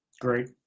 great